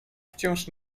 wciąż